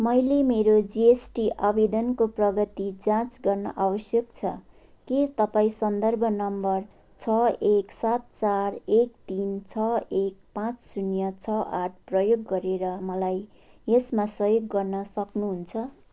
मैले मेरो जिएसटी आवेदनको प्रगति जाँच गर्न आवश्यक छ के तपाईँ सन्दर्भ नम्बर छ एक सात चार एक तिन छ एक पाँच शून्य छ आठ प्रयोग गरेर मलाई यसमा सहयोग गर्न सक्नुहुन्छ